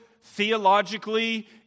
theologically